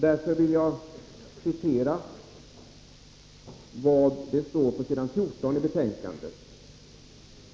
Därför vill jag citera från s. 14 i utskottsbetänkandet.